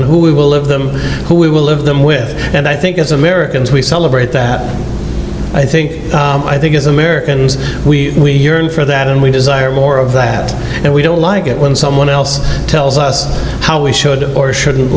and who we will live them who we will live them with and i think as a mere as we celebrate that i think i think as americans we are in for that and we desire more of that and we don't like it when someone else tells us how we should or shouldn't